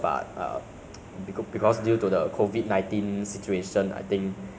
don't go and catch up is the best ah is like don't think during right now I think